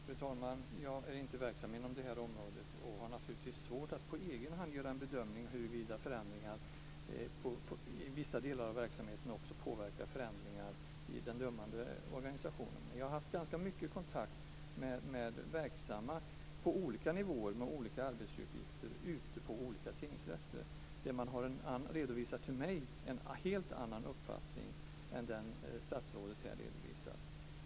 Fru talman! Jag är inte verksam inom det här området och har naturligtvis svårt att på egen hand göra en bedömning huruvida förändringar i vissa delar av verksamheten också påverkar förändringar i den dömande organisationen. Men jag har haft ganska mycket kontakt med verksamma på olika nivåer med olika arbetsuppgifter ute på olika tingsrätter. Där har man för mig redovisat en helt annan uppfattning än den statsrådet här redovisar.